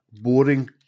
Boring